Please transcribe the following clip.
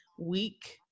Week